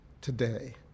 today